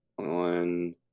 on